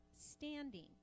standing